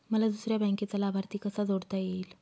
मला दुसऱ्या बँकेचा लाभार्थी कसा जोडता येईल?